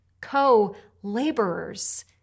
Co-laborers